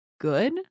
good